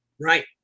Right